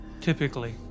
Typically